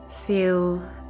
Feel